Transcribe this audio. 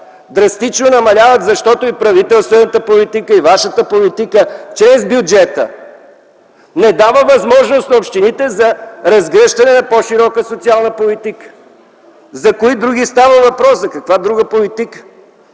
Драстично намаляват, защото и правителствената политика, и вашата политика чрез бюджета не дава възможност на общините за разгръщане на по-широка социална политика. За кои други става въпрос? За каква друга политика?